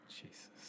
Jesus